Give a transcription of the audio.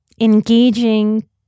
engaging